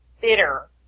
bitter